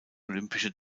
olympische